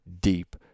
deep